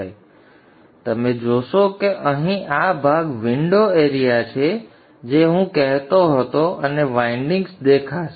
તેથી તમે જોશો કે અહીં આ ભાગ વિંડો એરિયા છે જે હું કહેતો હતો અને વાઇન્ડિંગ્સ દેખાશે